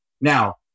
Now